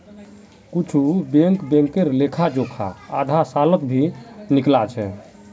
कुछु बैंक बैंकेर लेखा जोखा आधा सालत भी निकला छ